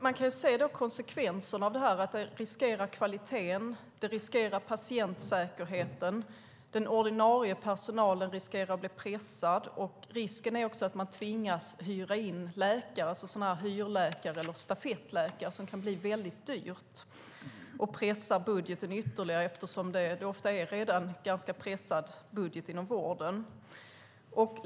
Man kan se konsekvensen av detta: Det riskerar kvaliteten och patientsäkerheten, den ordinarie personalen riskerar att bli pressad, och risken är också att man tvingas hyra in läkare, så kallade hyrläkare eller stafettläkare, vilket kan bli väldigt dyrt och pressa budgeten ytterligare. Ofta är budgeten inom vården redan ganska pressad.